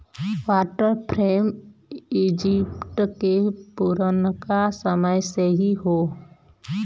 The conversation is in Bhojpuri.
वाटर फ्रेम इजिप्ट के पुरनका समय से ही हौ